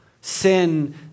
Sin